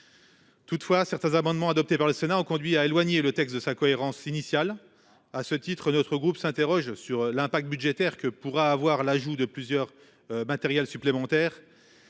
Toutefois, certains amendements adoptés par le Sénat ont conduit à éloigner le texte de sa cohérence initiale. À ce titre, notre groupe s'interrogent sur l'impact budgétaire que pourra avoir l'ajout de plusieurs matériels supplémentaires.